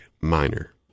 minor